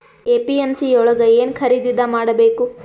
APMC ಯೊಳಗ ಏನ್ ಖರೀದಿದ ಮಾಡ್ಬೇಕು?